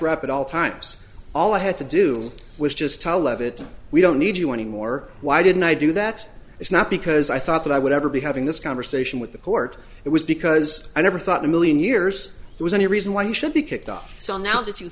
rep at all times all i had to do was just tell of it we don't need you anymore why didn't i do that it's not because i thought that i would ever be having this conversation with the court it was because i never thought a million years there was any reason why you should be kicked off so now that you